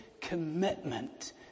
commitment